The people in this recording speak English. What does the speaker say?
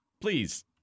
please